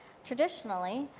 traditionally,